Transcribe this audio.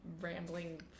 rambling